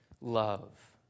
love